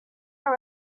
are